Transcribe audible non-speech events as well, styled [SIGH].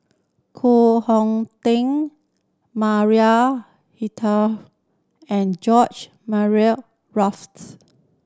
Koh Hong Teng Maria [UNINTELLIGIBLE] and George [UNINTELLIGIBLE]